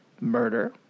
murder